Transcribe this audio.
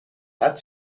that